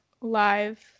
live